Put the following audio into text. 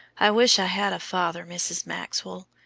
i wish i had a father, mrs. maxwell,